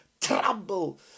trouble